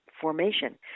formation